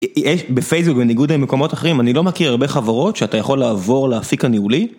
בפייסבוק בניגוד למקומות אחרים, אני לא מכיר הרבה חברות שאתה יכול לעבור לאפיק הניהולי.